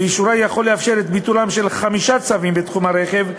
ואישורה יכול לאפשר את ביטולם של חמישה צווים בתחום הרכב,